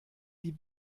die